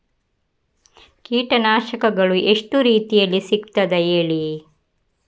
ಕೀಟನಾಶಕಗಳು ಎಷ್ಟು ರೀತಿಯಲ್ಲಿ ಸಿಗ್ತದ ಹೇಳಿ